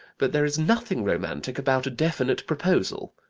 but there is nothing romantic about a definite proposal.